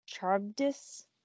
Charbdis